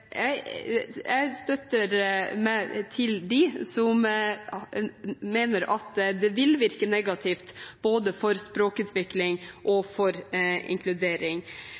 Jeg støtter meg til dem som mener at det virker negativt både for språkutvikling og for inkludering,